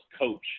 coach